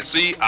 See